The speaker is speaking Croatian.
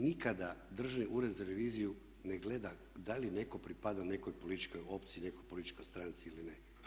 Nikada Državni ured za reviziju ne gleda da li netko pripada nekoj političkoj opciji, nekoj političkoj stranci ili ne.